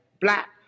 black